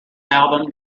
album